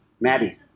Maddie